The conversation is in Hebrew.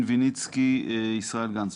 ישראל גנץ,